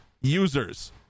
users